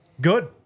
Good